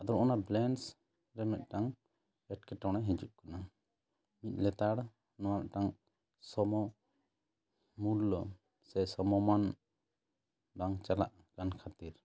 ᱟᱫᱚ ᱚᱱᱟ ᱵᱮᱞᱮᱥ ᱨᱮ ᱢᱤᱫᱴᱟᱝ ᱮᱴᱠᱮᱴᱚᱬᱮ ᱦᱤᱡᱩᱜ ᱠᱟᱱᱟ ᱢᱤᱫ ᱞᱮᱛᱟᱲ ᱦᱚᱣᱟ ᱢᱤᱫᱴᱟᱝ ᱥᱚᱢᱚ ᱢᱩᱞᱞᱚ ᱥᱮ ᱥᱚᱢᱚ ᱢᱟᱱ ᱵᱟᱝ ᱪᱟᱞᱟᱜ ᱠᱟᱱ ᱠᱷᱟᱹᱛᱤᱨ